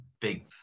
big